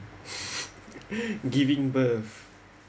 giving birth